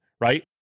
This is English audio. right